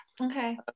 Okay